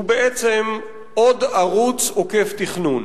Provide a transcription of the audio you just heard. הוא בעצם עוד ערוץ עוקף תכנון.